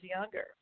younger